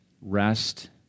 rest